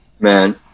Man